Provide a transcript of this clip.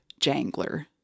Jangler